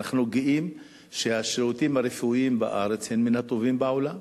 אנחנו גאים שהשירותים הרפואיים בארץ הם מן הטובים בעולם.